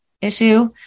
issue